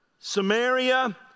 Samaria